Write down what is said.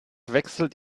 wechselt